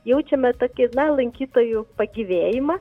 jaučiame tokį na lankytojų pagyvėjimą